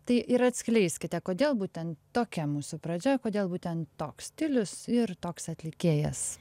tai ir atskleiskite kodėl būtent tokia mūsų pradžia kodėl būtent toks stilius ir toks atlikėjas